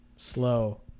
slow